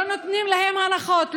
לא נותנים להם הנחות,